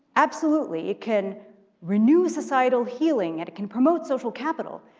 absolutely. it can renew societal healing, and it can promote social capital.